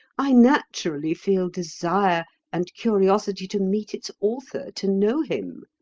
i naturally feel desire and curiosity to meet its author, to know him.